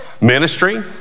ministry